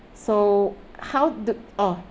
so how the orh